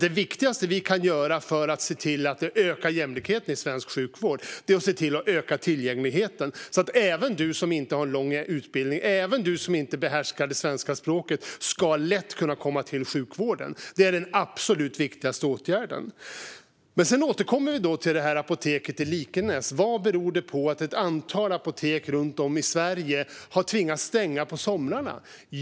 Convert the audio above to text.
Det viktigaste vi kan göra för att öka jämlikheten i svensk sjukvård är alltså att öka tillgängligheten, så att även den som inte har lång utbildning eller behärskar det svenska språket lätt ska kunna få sjukvård. Det är den absolut viktigaste åtgärden. Sedan återkommer vi till detta med apoteket i Likenäs. Vad beror det på att ett antal apotek runt om i Sverige har tvingats stänga på somrarna?